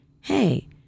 hey